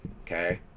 okay